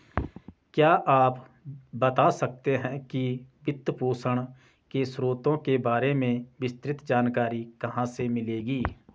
क्या आप बता सकते है कि वित्तपोषण के स्रोतों के बारे में विस्तृत जानकारी कहाँ से मिलेगी?